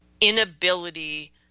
inability